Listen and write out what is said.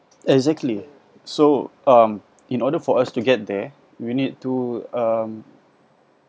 exactly so um in order for us to get there you need to um